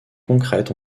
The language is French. concrètes